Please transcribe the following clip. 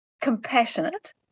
compassionate